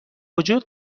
وجود